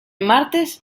martes